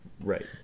Right